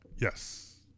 Yes